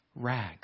rags